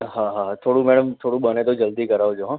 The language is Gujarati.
હા હા થોડું મેડમ થોડું બને તો જલ્દી કરાવજો હં